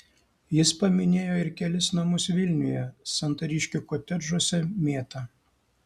jis paminėjo ir kelis namus vilniuje santariškių kotedžuose mėta